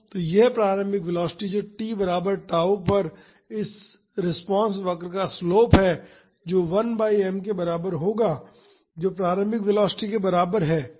तो यह प्रारंभिक वेलोसिटी जो t बराबर tau पर इस रिस्पांस वक्र का स्लोप है जो 1 बाई m के बराबर होगा जो प्रारंभिक वेलोसिटी के बराबर है